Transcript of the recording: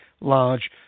large